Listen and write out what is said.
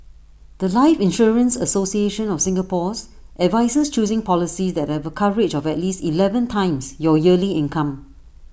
The Life insurance association of Singapore's advises choosing policies that have A coverage of at least Eleven times your yearly income